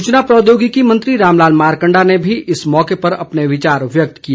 सूचना प्रौद्योगिकी मंत्री रामलाल मारकंडा ने भी इस मौके अपने विचार व्यक्त किए